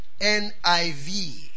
NIV